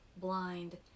blind